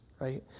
right